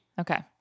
Okay